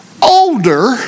Older